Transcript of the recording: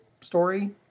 story